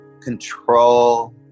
control